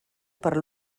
per